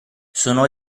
sono